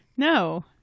No